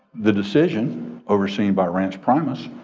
the decision overseen by rands pramis,